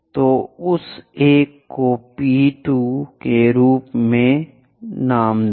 तो उस एक को P 2 के रूप में नाम दें